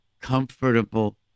comfortable